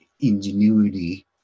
ingenuity